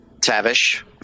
Tavish